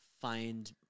find